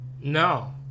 No